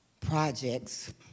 projects